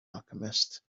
alchemist